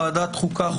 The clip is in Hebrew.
ועדת החוקה,